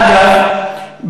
אגב,